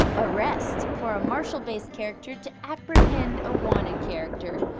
arrest, for a marshal-based character to apprehend a wanted character.